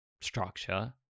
structure